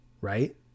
right